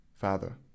Father